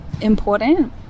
important